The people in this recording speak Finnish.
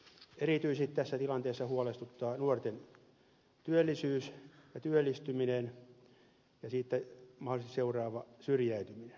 erityisesti tässä tilanteessa huolestuttaa nuorten työllisyys ja työllistyminen ja työttömyydestä mahdollisesti seuraava syrjäytyminen